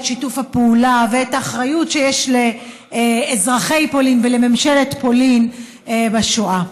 את שיתוף הפעולה ואת האחריות שיש לאזרחי פולין ולממשלת פולין בשואה.